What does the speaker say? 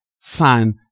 son